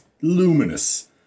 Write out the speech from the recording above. luminous